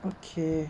okay